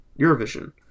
Eurovision